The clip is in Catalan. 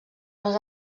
les